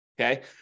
okay